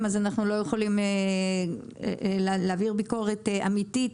אנחנו לא יכולים להעביר ביקורת אמיתית,